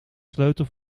sleutel